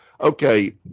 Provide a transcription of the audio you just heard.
okay